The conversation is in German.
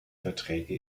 verträge